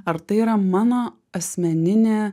ar tai yra mano asmeninė